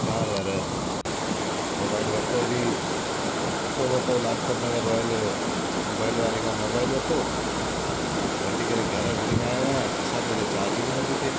छा यार मोबाइल वरितो बि हितां वरितो लाजपत नगर रॉय मोबाइल वारे खां मोबाइल वतो वठी करे घर खणी आयो आहियां ॾिसां थो त चार्जिंग ई न थी थिए